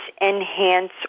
Enhance